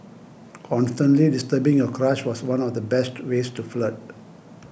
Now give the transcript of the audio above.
constantly disturbing your crush was one of the best ways to flirt